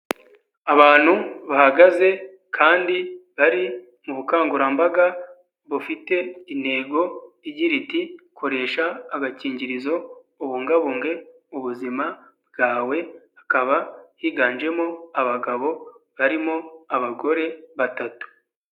Abantu bahagaze, kandi, bari, mu bukangurambaga, bufite intego, igira iti, koresha agakingirizo, ubungabunge, ubuzima bwawe, hakaba higanjemo, abagabo barimo, abagore batatu.